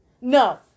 No